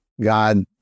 God